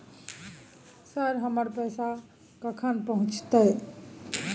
Sir, हमर पैसा कखन पहुंचतै?